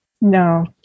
no